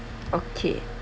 okay